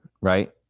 right